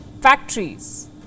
factories